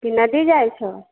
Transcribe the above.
कि नदी जाइ छहो